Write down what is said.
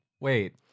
Wait